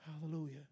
Hallelujah